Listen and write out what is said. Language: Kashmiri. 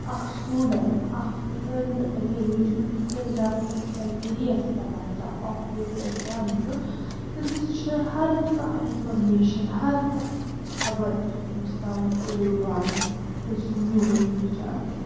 اَکھ سِٹوٗڈنٛٹ اکھ طٲلبِ علِم یُس U P S C exam خٲطرٕ تیٲری آسہِ کران یُس اَکھ کَمپِٹیٹِو ایٚگزام چھُ تٔمِس چھِ ہر کانٛہہ اِنفارمیشَن ہر کانٛہہ خبر چھِ تٔمِس تام ضروٗر واتان ییٚلہِ سُہ نِوٕز وُچھان چھُ